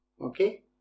Okay